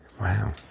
wow